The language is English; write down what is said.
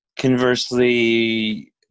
conversely